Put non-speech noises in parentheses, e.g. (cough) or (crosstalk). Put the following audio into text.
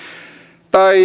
tai (unintelligible)